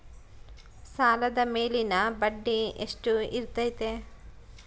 ಸಾಲದ ಮೇಲಿನ ಬಡ್ಡಿ ಎಷ್ಟು ಇರ್ತೈತೆ?